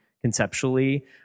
conceptually